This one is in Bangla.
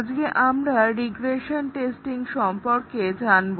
আজকে আমরা রিগ্রেশন টেস্টিং সম্পর্কে জানব